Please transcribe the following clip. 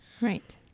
Right